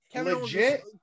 Legit